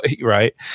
right